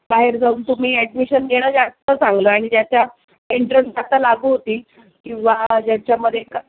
बाहेर जाऊन तुम्ही ॲडमिशन घेणं जास्त चांगलं आणि ज्याच्या एंट्रन्स आता लागू होतील किंवा ज्याच्यामध्ये का